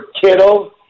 Kittle